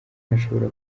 hashobora